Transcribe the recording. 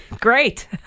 Great